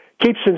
keeps